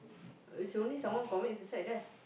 it's only someone commit suicide there